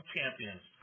Champions